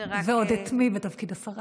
ועוד את מי בתפקיד השרה.